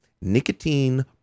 nicotine